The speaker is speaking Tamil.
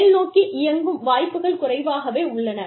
மேல்நோக்கி இயங்கும் வாய்ப்புகள் குறைவாகவே உள்ளன